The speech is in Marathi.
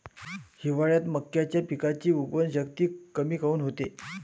हिवाळ्यात मक्याच्या पिकाची उगवन शक्ती कमी काऊन होते?